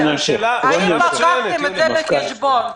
האם לקחתם את זה בחשבון?